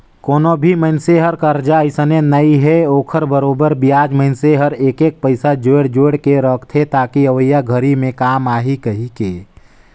कोनो भी मइनसे हर करजा अइसने नइ हे ओखर बरोबर बियाज मइनसे हर एक एक पइसा जोयड़ जोयड़ के रखथे ताकि अवइया घरी मे काम आही कहीके